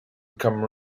become